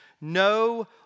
no